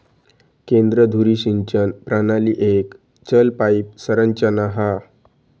केंद्र धुरी सिंचन प्रणाली एक चल पाईप संरचना हा